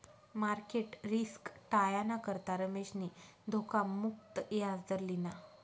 market risk टायाना करता रमेशनी धोखा मुक्त याजदर लिना